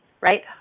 right